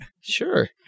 Sure